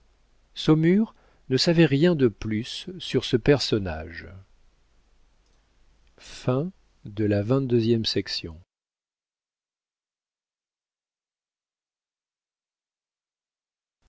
saumur ne savait rien de plus sur ce personnage